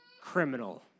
criminal